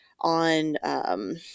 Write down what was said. on –